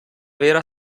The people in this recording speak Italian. vera